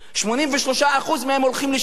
83% מהם הולכים לשרת,